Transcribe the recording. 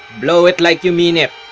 blow it like you mean it!